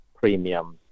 premium